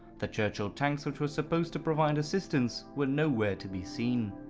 the churchill tanks which were supposed to provide assistance were nowhere to be seen.